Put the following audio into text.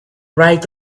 right